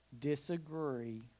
disagree